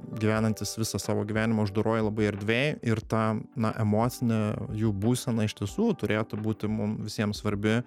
gyvenantys visą savo gyvenimą uždaroj labai erdvėj ir tą emocinę jų būseną iš tiesų turėtų būti mum visiem svarbi